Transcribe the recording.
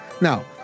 Now